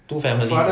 two families